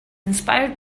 inspired